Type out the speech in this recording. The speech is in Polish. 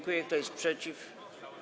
Kto jest przeciw?